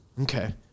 Okay